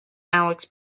alex